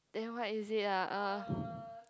then what is it ah uh